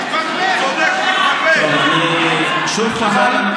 הוא צודק, אני לא שומע את עצמי, אדוני היושב-ראש.